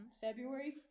February